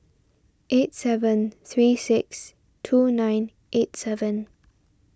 eight seven three six two nine eight seven